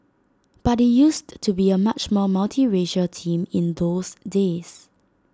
but IT used to be A much more multiracial team in those days